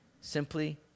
simply